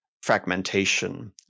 fragmentation